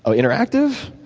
ah interactive?